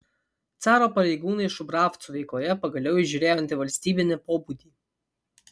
caro pareigūnai šubravcų veikloje pagaliau įžiūrėjo antivalstybinį pobūdį